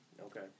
Okay